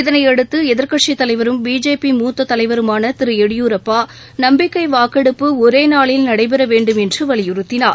இதனையடுத்து எதிர்க்கட்சித் தலைவரும் பிஜேபி மூத்த தலைவருமான திரு எடியூரப்பா நம்பிக்கை வாக்கெடுப்பு ஒரேநாளில் நடைபெற வேண்டும் என்று வலியுறுத்தினார்